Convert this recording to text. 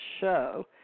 show